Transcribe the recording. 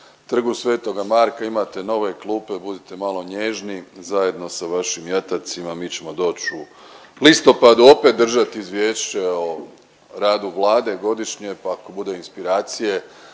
Trgu sv. Marka, imate nove klupe budite malo nježni zajedno sa vašim jatacima. Mi ćemo doć u listopadu opet držat Izvješće o radu Vlade godišnje pa ako bude inspiracije